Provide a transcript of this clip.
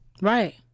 Right